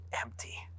empty